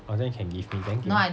oh then you can give me thank you